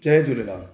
Jay Jhulelal